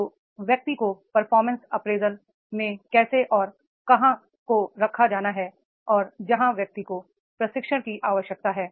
तो व्यक्ति को परफॉर्मेंस अप्रेजल में कैसे और कहाँ को रखा जाना है और जहां व्यक्ति को प्रशिक्षण की आवश्यकता है